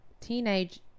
teenage